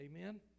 Amen